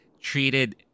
treated